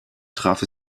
traf